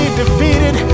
defeated